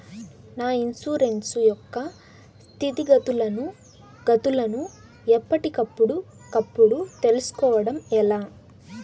నా ఇన్సూరెన్సు యొక్క స్థితిగతులను గతులను ఎప్పటికప్పుడు కప్పుడు తెలుస్కోవడం ఎలా?